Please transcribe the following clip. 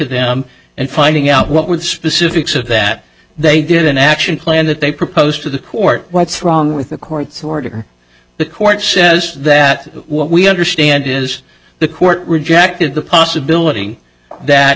them and finding out what were the specifics of that they did an action plan that they proposed to the court what's wrong with the court's order the court says that what we understand is the court rejected the possibility that